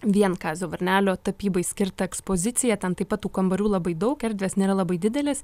vien kazio varnelio tapybai skirtą ekspoziciją ten taip pat kambarių labai daug erdvės nėra labai didelės